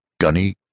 Gunny